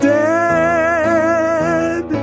dead